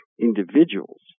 individuals